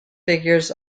figures